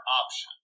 option